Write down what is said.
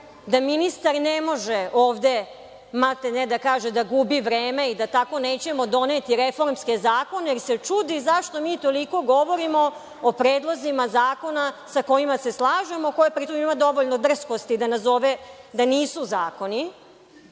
da ministar ne može ovde maltene da kaže da gubi vreme i da tako nećemo doneti reformske zakone, jer se čudi zašto mi toliko govorimo o predlozima zakona sa kojima se slažemo, koji pri tom ima dovoljno drskosti da nazove da nisu